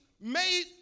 made